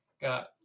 got